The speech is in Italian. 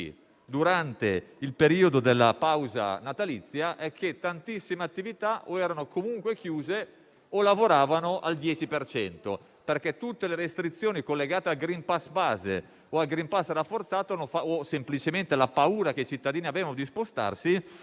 durante il periodo della pausa natalizia, è che tantissime attività erano comunque chiuse o lavoravano al 10 per cento. Tutte le restrizioni collegate al *green pass* base o al *green pass* rafforzato, o semplicemente la paura che i cittadini avevano di spostarsi,